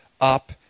up